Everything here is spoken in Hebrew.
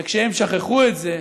וכשהם שכחו את זה,